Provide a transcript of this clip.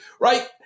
right